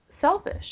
selfish